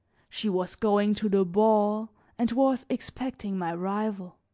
she was going to the ball and was expecting my rival.